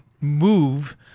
move